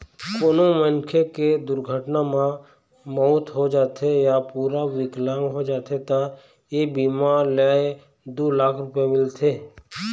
कोनो मनखे के दुरघटना म मउत हो जाथे य पूरा बिकलांग हो जाथे त ए बीमा ले दू लाख रूपिया मिलथे